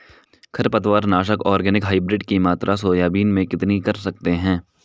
खरपतवार नाशक organic hybrid की मात्रा सोयाबीन में कितनी कर सकते हैं?